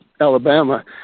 Alabama